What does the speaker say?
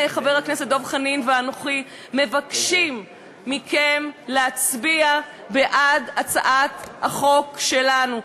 חבר הכנסת דב חנין ואנוכי מבקשים מכם להצביע בעד הצעת החוק שלנו,